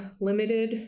limited